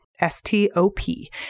S-T-O-P